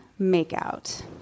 makeout